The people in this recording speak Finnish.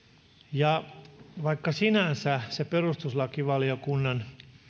ja vaikka sinänsä se perustuslakivaliokunnan